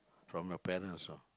from your parent also